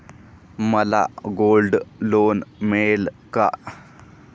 मला gold loan मिळेल का?